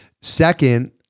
Second